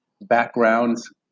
backgrounds